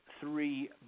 three